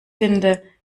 finde